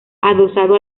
adosado